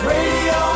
Radio